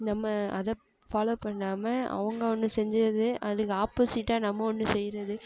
நம்ம அதை ஃபாலோ பண்ணாமல் அவங்க ஒன்று செஞ்சது அதுக்கு ஆப்போசிட்டாக நம்ம ஒன்று செய்கிறது